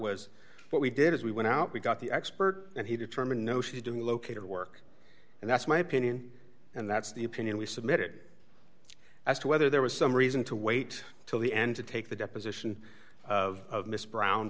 was what we did is we went out we got the expert and he determined no she didn't locate her work and that's my opinion and that's the opinion we submitted as to whether there was some reason to wait till the end to take the deposition of miss brown